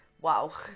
wow